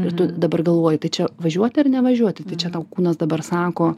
ir tu dabar galvoji tai čia važiuoti ar nevažiuoti tai čia tau kūnas dabar sako